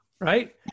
right